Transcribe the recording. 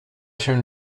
się